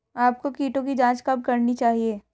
आपको कीटों की जांच कब करनी चाहिए?